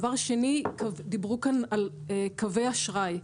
דבר שני: דיברו כאן על קווי אשראי.